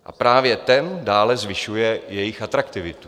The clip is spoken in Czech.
A právě ten dále zvyšuje jejich atraktivitu.